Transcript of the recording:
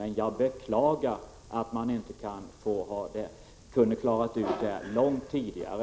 Men jag beklagar att man inte kunnat klara ut denna avgörande punkt långt tidigare”